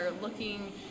looking